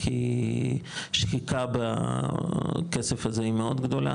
כי השחיקה בכסף הזה היא מאוד גדולה,